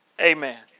Amen